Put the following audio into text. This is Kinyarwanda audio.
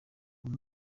uwo